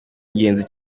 ingenzi